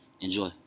Enjoy